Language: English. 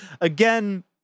Again